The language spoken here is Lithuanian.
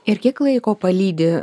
ir kiek laiko palydi